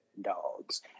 Dogs